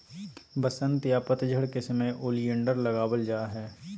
वसंत या पतझड़ के समय ओलियंडर लगावल जा हय